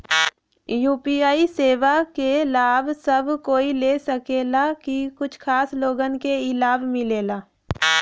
UPI सेवा क लाभ सब कोई ले सकेला की कुछ खास लोगन के ई लाभ मिलेला?